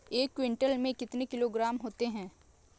एक क्विंटल में कितने किलोग्राम होते हैं?